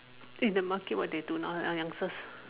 in the market what they do now lah youngsters